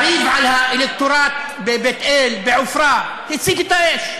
הריב על האלקטורט בבית אל, בעפרה, הצית את האש,